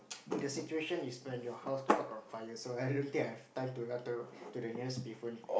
the situation is when your house caught on fire so I don't think I have time to run to the nearest payphone